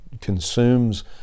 consumes